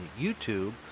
YouTube